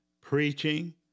preaching